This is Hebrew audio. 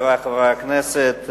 חברי חברי הכנסת,